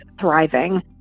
thriving